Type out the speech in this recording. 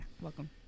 welcome